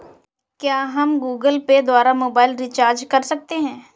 क्या हम Google Pay द्वारा मोबाइल रिचार्ज कर सकते हैं?